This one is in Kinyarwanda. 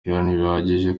ntibihagije